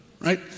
right